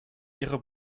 ihre